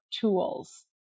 tools